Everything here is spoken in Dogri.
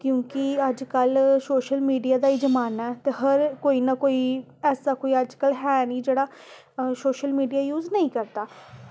क्योंकि अज्जकल सोशल मीडिया दा गै जमाना ऐ ते हर कोई ऐसा ना ऐसा कोई ऐ निं जेह्ड़ा अज्ज सोशल मीडिया यूज़ नेईं करदा